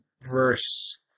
verse